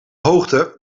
hoogte